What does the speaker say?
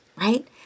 right